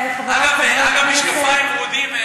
אגב משקפיים ורודים,